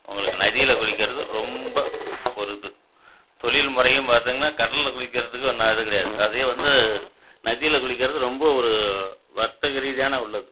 உங்களுக்கு நதியில் குளிக்கிறது ரொம்ப ஒரு இது தொழில் முறையும் பார்த்தீங்கன்னா கடலில் குளிக்கிறதுக்கு ஒன்றாவது கிடையாது அதே வந்து நதியில் குளிக்கிறது ரொம்ப ஒரு வர்த்தக ரீதியான உள்ளது